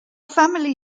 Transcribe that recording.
family